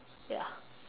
ya